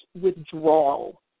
withdrawal